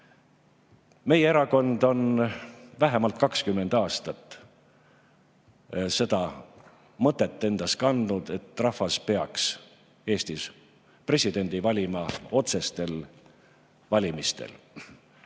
Meie erakond on vähemalt 20 aastat seda mõtet endas kandnud, et rahvas peaks Eestis presidendi valima otsestel valimistel.